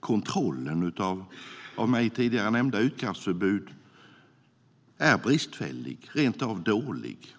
kontrollen av det av mig tidigare nämnda utkastförbudet är bristfällig, rent av dålig.